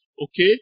Okay